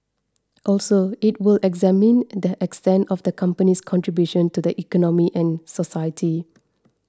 also it will examining the extent of the company's contribution to the economy and society